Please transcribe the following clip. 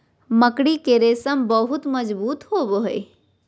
मकड़ी के रेशम बहुत मजबूत होवो हय